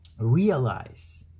realize